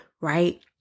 right